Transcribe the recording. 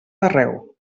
arreu